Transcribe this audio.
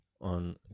on